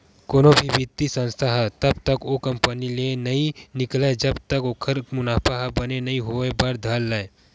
कोनो भी बित्तीय संस्था ह तब तक ओ कंपनी ले नइ निकलय जब तक ओखर मुनाफा ह बने नइ होय बर धर लय